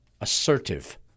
assertive